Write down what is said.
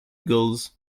gulls